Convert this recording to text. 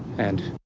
and.